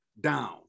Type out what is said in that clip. down